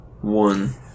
one